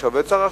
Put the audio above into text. וכשהעובדת הזרה,